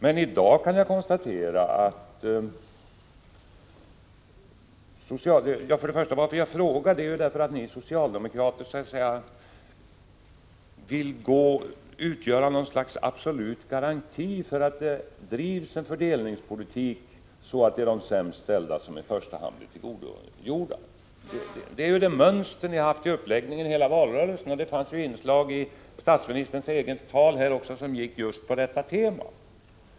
Att jag tar upp detta med pensionerna och ställer en fråga beror på att ni socialdemokrater vill utgöra något slags absolut garanti för att det drivs en fördelningspolitik så att det är de sämst ställda som i första hand blir tillgodosedda. Det är ju det mönster ni har följt vid uppläggningen av hela valrörelsen. Det fanns ju inslag i statsministerns tal också här i dag med detta tema.